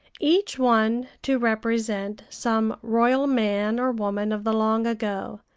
each one to represent some royal man or woman of the long ago,